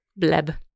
Bleb